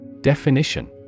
Definition